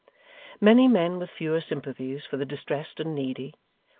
many men with fewer sympathies for the distressed and needy,